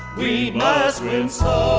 we must win so